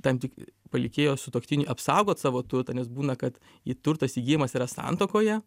tam tik palikėjo sutuoktiniui apsaugot savo turtą nes būna kad į turtas įsigijimas yra santuokoje